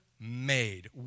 made